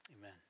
Amen